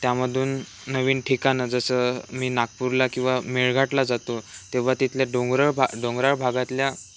त्यामधून नवीन ठिकाणं जसं मी नागपूरला किंवा मेळघाटला जातो तेव्हा तिथल्या डोंगराळ भा डोंगराळ भागातल्या